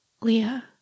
Leah